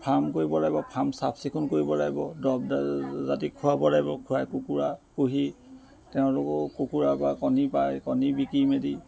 farm কৰিব লাগিব farm চাফ চিকুণ কৰিব লাগিব দৰব আদি খোৱাব লাগিব কুকুৰা পুহি তেওঁলোকো কুকুৰাৰপৰা কণী পাৰে কণী বিকি মেলি